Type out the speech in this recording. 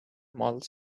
models